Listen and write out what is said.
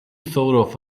thought